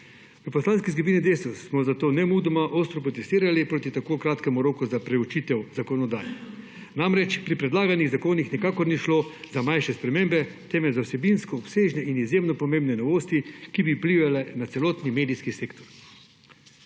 V Poslanski skupini Desus smo zato nemudoma ostro protestirali proti tako kratkemu roku za preučitev zakonodaje. Namreč, pri predlaganih zakonih nikakor ni šlo za manjše spremembe, temveč za vsebinsko obsežne in izjemno pomembne novosti, ki bi vplivale na celotni medijski sektor.